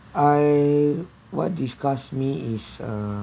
I what disgusts me is uh